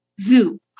zoo